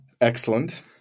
excellent